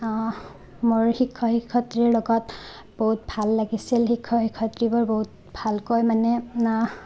মোৰ শিক্ষক শিক্ষয়িত্ৰীৰ লগত বহুত ভাল লাগিছিল শিক্ষক শিক্ষয়িত্ৰীবোৰ বহুত ভালকৈ মানে